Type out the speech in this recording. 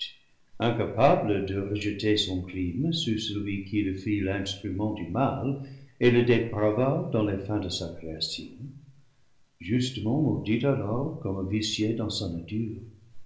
incapable de rejeter son crime sur celui qui le fit l'instrument du mal et le déprava dans les fins de sa création justement maudit alors comme vicié dans sa nature